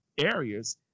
areas